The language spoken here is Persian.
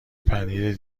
پنیر